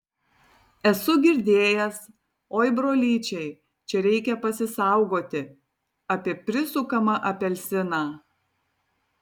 esu girdėjęs oi brolyčiai čia reikia pasisaugoti apie prisukamą apelsiną